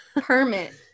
Permit